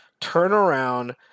turnaround